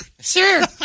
Sure